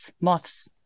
moths